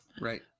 Right